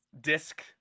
disc